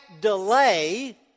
delay